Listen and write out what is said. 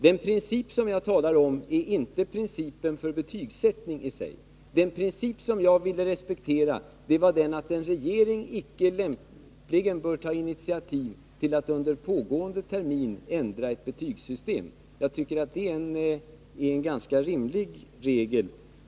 Den princip som jag talar om är inte principen för betygsättning; den princip som jag vill respektera är den att en regering inte lämpligen bör ta initiativ till att under pågående termin ändra ett betygssystem. Jag tycker det är en rimlig regel.